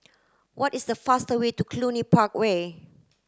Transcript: what is the fastest way to Cluny Park Way